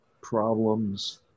problems